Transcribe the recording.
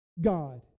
God